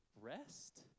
rest